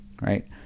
right